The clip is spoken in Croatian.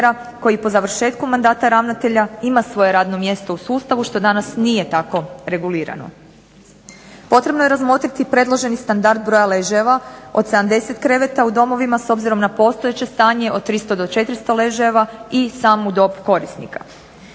koji po završetku mandata ravnatelja ima svoje radno mjesto u sustavu što danas nije tako regulirano. Potrebno je razmotriti predloženi standard broja ležajeva od 70 kreveta u domovima s obzirom na postojeće stanje od 300 do 400 ležajeva i samu dob korisnika.